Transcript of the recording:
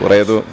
U redu.